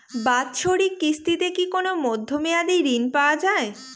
বাৎসরিক কিস্তিতে কি কোন মধ্যমেয়াদি ঋণ পাওয়া যায়?